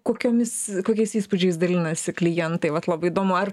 kokiomis kokiais įspūdžiais dalinasi klientai vat labai įdomu ar